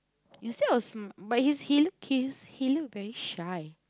instead of s~ but hs he he look he look very shy